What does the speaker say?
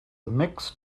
mixed